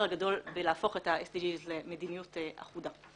הגדול בלהפוך את ה- SDGs למדיניות אחודה.